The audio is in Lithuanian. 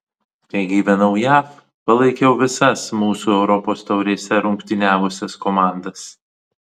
kai gyvenau jav palaikiau visas mūsų europos taurėse rungtyniavusias komandas